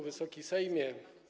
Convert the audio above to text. Wysoki Sejmie!